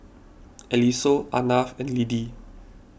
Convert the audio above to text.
Eliseo Arnav and Lidie